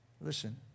Listen